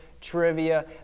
trivia